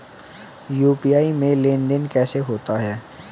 UPI में लेनदेन कैसे होता है?